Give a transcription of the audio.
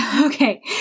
Okay